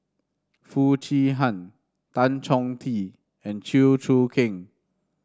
Foo Chee Han Tan Chong Tee and Chew Choo Keng